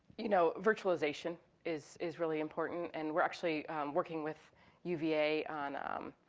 you know, virtualization is is really important. and we're actually working with uva on, i'm